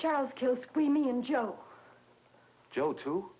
charles kill screaming and joe joe to